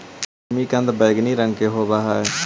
जिमीकंद बैंगनी रंग का होव हई